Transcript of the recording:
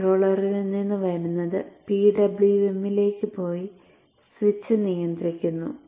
കൺട്രോളറിൽ നിന്ന് വരുന്നത് PWM ലേക്ക് പോയി സ്വിച്ച് നിയന്ത്രിക്കുന്നു